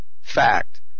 fact